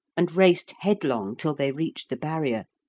and raced headlong till they reached the barrier.